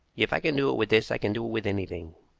if i can do it with this i can do it with anything,